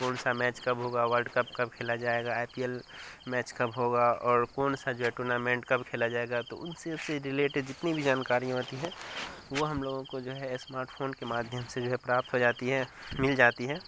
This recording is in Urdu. کون سا میچ کب ہوگا ورلڈ کپ کب کھیلا جائے گا آئی پی ایل میچ کب ہوگا اور کون سا جو ہے ٹورنامنٹ کب کھیلا جائے گا تو ان سب سے رلیٹیڈ جتنی بھی جانکاریاں ہوتی ہیں وہ ہم لوگوں کو جو ہے اسمارٹ فون کے مادھیم سے جو ہے پراپت ہو جاتی ہیں مل جاتی ہیں